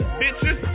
bitches